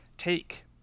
take